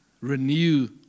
Renew